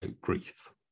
grief